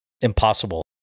impossible